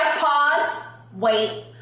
pause, wait,